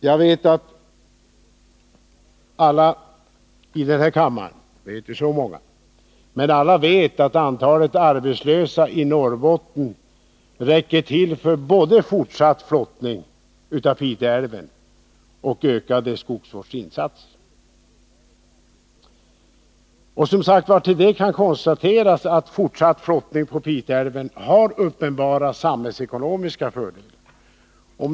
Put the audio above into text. Jag vet att alla i den här kammaren — det är inte så många nu — vet att antalet arbetslösa i Norrbotten räcker till för både fortsatt flottning i Pite älv och ökade skogsvårdsinsatser. Till detta kan läggas att man kan konstatera att fortsatt flottning på Pite älv har uppenbara samhällsekonomiska fördelar.